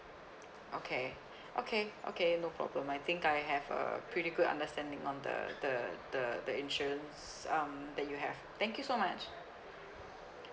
okay okay okay no problem I think I have a pretty good understanding on the the the the insurance um that you have thank you so much